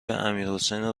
امیرحسین